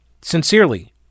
Sincerely